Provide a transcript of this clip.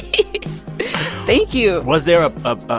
it thank you was there ah ah a